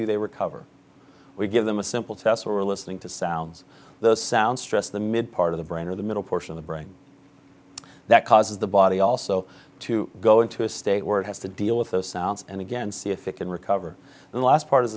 do they recover we give them a simple test we're listening to sounds those sounds stress the mid part of the brain or the middle portion of the brain that causes the body also to go into a state where it has to deal with those sounds and again see if it can recover and the last part